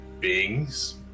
beings